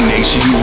Nation